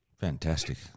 Fantastic